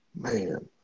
Man